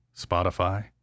Spotify